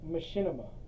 Machinima